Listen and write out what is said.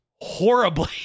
horribly